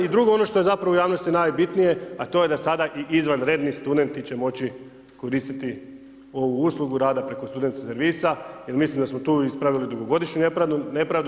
I drugo ono što je zapravo u javnosti najbitnije a to je da sada i izvanredni studenti će moći koristiti ovu uslugu rada preko student servisa jer mislim da smo tu ispravili dugogodišnju nepravdu.